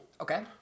Okay